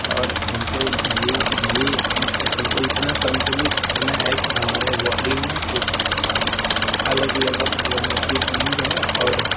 और हमको ये ये हमको इतना संतुलित खाना है कि हमारे बॉडी में एक अलग लेबल की एनर्जी बनी रहे और